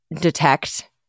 detect